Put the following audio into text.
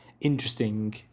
interesting